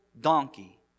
donkey